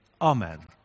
Amen